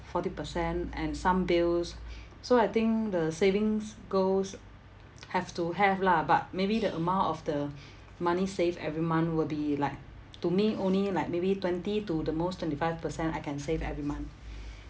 forty percent and some bills so I think the savings goals have to have lah but maybe the amount of the money saved every month will be like to me only like maybe twenty to the most twenty five percent I can save every month